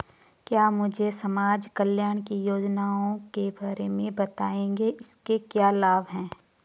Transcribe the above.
क्या मुझे समाज कल्याण की योजनाओं के बारे में बताएँगे इसके क्या लाभ हैं?